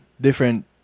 different